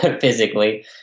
physically